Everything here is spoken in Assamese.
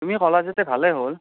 তুমি ক'লা যদি ভালেই হ'ল